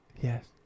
Yes